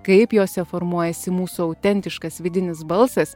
kaip jose formuojasi mūsų autentiškas vidinis balsas